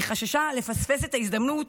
היא חששה לפספס את ההזדמנות,